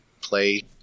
play